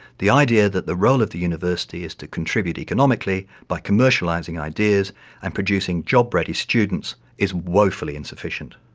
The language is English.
the idea that the role of the university is to contribute economically by commercializing ideas and producing job ready students is woefully insufficient.